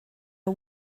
are